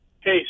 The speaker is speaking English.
Hey